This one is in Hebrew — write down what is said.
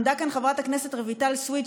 עמדה כאן חברת הכנסת רויטל סויד,